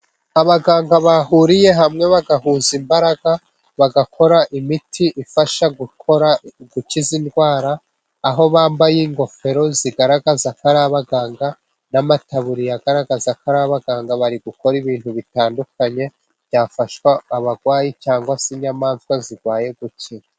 Abaganga bahuriye hamwe bagahuza imbaraga, bagakora imiti ifasha gukiza indwara, aho bambaye ingofero zigaragaza ko ari abaganga n'amataburiya agaragaza ko ari abaganga bari gukora ibintu bitandukanye, byafasha abarwayi cyangwa se inyamaswa zirwaye gukira.